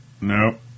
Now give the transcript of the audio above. nope